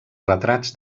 retrats